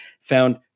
found